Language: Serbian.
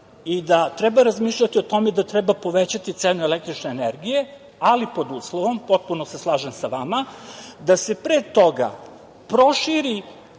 i da treba razmišljati o tome da treba povećati cenu električne energije, ali pod uslovom, potpuno se slažem sa vama, da se pre toga proširi